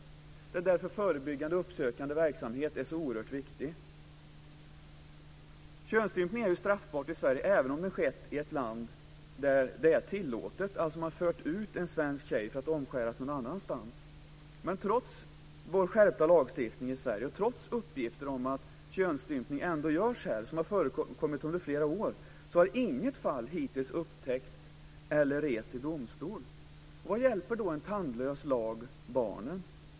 Det är därför förebyggande och uppsökande verksamhet är så oerhört viktig. Könsstympning är ju straffbart i Sverige även om den skett i ett land där det är tillåtet, dvs. att man har fört ut en svensk tjej för att omskäras någon annanstans. Men trots vår skärpta lagstiftning i Sverige och trots uppgifter som har förekommit under flera år om att könsstympning ändå görs här, har inget fall hittills upptäckts eller rests i domstol. Vad hjälper då en tandlös lag barnen?